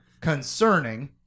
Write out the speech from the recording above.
concerning